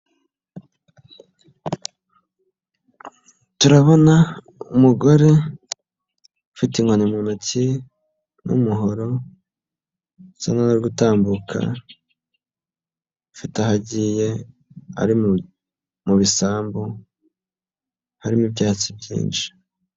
Turabona umugore ufite inkoni mu ntoki n'umuhoro usa nk'aho ari gutambuka afite aho agiye, ari mu bisambu harimo ibyatsi byinshi.